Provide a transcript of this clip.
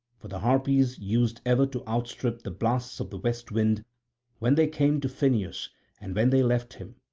for the harpies used ever to outstrip the blasts of the west wind when they came to phineus and when they left him.